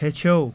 ہیٚچھِو